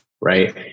right